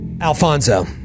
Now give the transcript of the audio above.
Alfonso